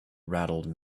rattled